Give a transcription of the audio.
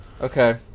Okay